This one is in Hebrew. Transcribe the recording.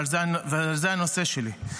זה הנושא שלי.